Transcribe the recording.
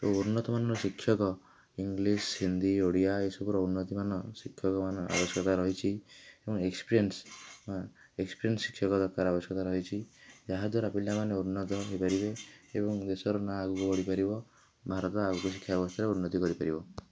ଓ ଉନ୍ନତମାନର ଶିକ୍ଷକ ଇଂଲିସ୍ ହିନ୍ଦୀ ଓଡ଼ିଆ ଏସବୁର ଉନ୍ନତିମାନ ଶିକ୍ଷକମାନ ଆବଶ୍ୟକତା ରହିଛି ଏବଂ ଏକ୍ସପେରିଏନ୍ସ୍ ବା ଏକ୍ସପେରିଏନ୍ସ୍ ଶିକ୍ଷକ ଦରକାର ଆବଶ୍ୟକତା ରହିଛି ଯାହାଦ୍ୱାରା ପିଲାମାନେ ଉନ୍ନତ ହେଇପାରିବେ ଏବଂ ଦେଶର ନାଁ ଆଗକୁ ବଢ଼ିପାରିବ ଭାରତ ଆଗକୁ ଶିକ୍ଷା ବ୍ୟବସ୍ଥାରେ ଉନ୍ନତି କରିପାରିବ